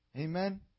Amen